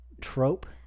trope